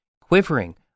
quivering